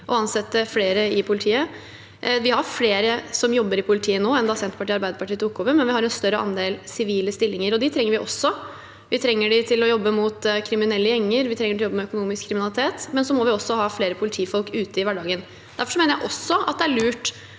å ansette flere i politiet. Vi har flere som jobber i politiet nå, enn da Senterpartiet og Arbeiderpartiet tok over, men vi har en større andel sivile stillinger. De trenger vi også. Vi trenger dem til å jobbe mot kriminelle gjenger, vi trenger dem til å jobbe med økonomisk kriminalitet, men vi må også ha flere politifolk ute i hverdagen. Derfor mener jeg også det er lurt